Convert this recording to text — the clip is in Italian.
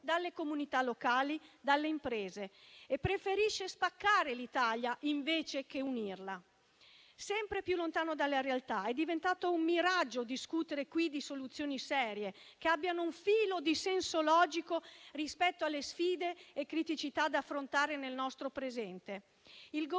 dalle comunità locali, dalle imprese, preferendo spaccare l'Italia invece che unirla. Sempre più lontano dalle realtà è diventato un miraggio discutere qui di soluzioni serie che abbiano un filo di senso logico rispetto alle sfide e alle criticità da affrontare nel nostro presente. Il